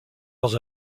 dans